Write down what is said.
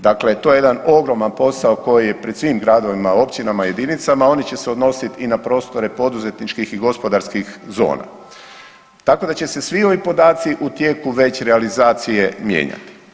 Dakle to je jedan ogroman posao koji je pred svim gradovima, općinama, jedinicama oni će se odnosit i na prostore poduzetničkih i gospodarskih zona, tako da će se svi ovi podaci u tijeku veće realizacije mijenjati.